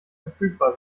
verfügbar